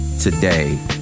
today